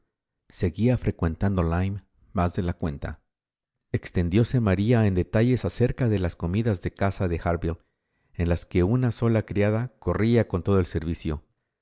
seguía frecuentando lyme más de la cuenta extendióse maría en detalles acerca de las comidas de casa de harville en las que una sola criada corría con todo el servicio